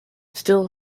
still